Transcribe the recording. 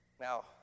Now